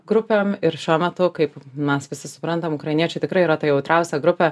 grupėm ir šiuo metu kaip mes visi suprantam ukrainiečiai tikrai yra ta jautriausia grupė